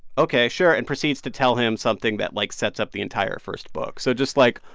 ok. sure and proceeds to tell him something that, like, sets up the entire first book so just, like,